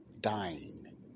dying